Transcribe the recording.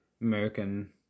American